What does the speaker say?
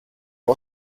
gli